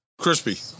Crispy